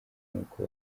nuko